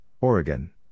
Oregon